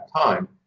time